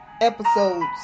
episodes